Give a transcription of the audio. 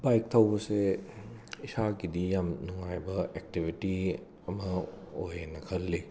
bike ꯊꯧꯕꯁꯦ ꯏꯁꯥꯒꯤꯗꯤ ꯌꯥꯝ ꯅꯨꯡꯉꯥꯏꯕ ꯑꯦꯛꯇꯤꯕꯤꯇꯤ ꯑꯃ ꯑꯣꯏꯌꯦꯅ ꯈꯜꯂꯤ